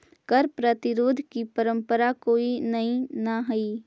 कर प्रतिरोध की परंपरा कोई नई न हई